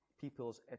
people's